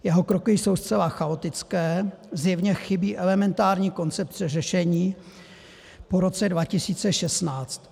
Jeho kroky jsou zcela chaotické, zjevně chybí elementární koncepce řešení po roce 2016.